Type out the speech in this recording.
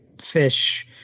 fish